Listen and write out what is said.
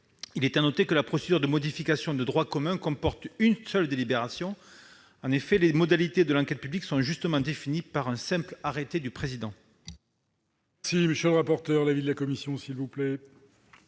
Notons que la procédure de modification de droit commun comporte une seule délibération. En effet, les modalités de l'enquête publique sont justement définies par un simple arrêté du président.